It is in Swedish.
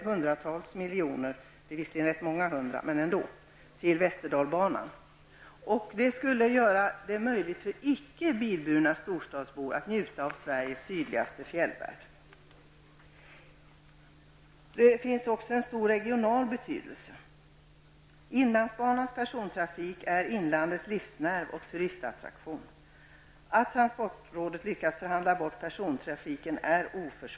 Däremot har man inte råd med flera hundra miljoner till Västerdalbanan. Det skulle göra det möjligt för icke bilburna att njuta av Det här har också stor regional betydelse. Inlandsbanans persontrafik är inlandets livsnerv och en turistattraktion. Det är oförsvarligt att transportrådet har lyckats förhandla bort persontrafiken.